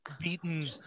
beaten